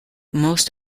most